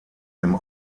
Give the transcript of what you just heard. dem